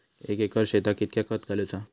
एक एकर शेताक कीतक्या खत घालूचा?